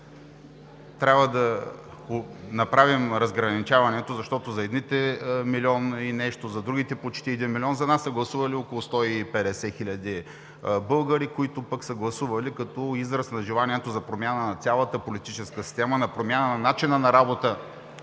Трябва да направим разграничаването, защото за едни – един милион и нещо, за другите – почти един милион, а за нас са гласували около 150 хиляди българи, които са гласували като израз на желанието за промяна на цялата политическа схема, за промяна в начина на работа